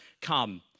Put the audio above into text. come